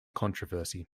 controversy